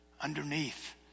Underneath